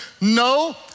no